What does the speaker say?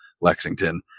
Lexington